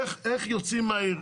איך יוצאים מהעיר?